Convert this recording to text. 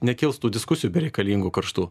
nekils tų diskusijų bereikalingų karštų